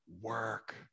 work